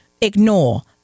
ignore